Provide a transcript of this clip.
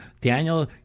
Daniel